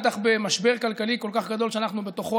בטח במשבר כלכלי כל כך גדול שאנחנו בתוכו,